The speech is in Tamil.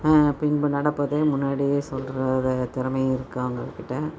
பின்பு நடப்பதை முன்னாடியே சொல்கிற ஒரு திறமையும் இருக்குது அவங்ககிட்ட